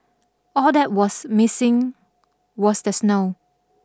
all that was missing was the snow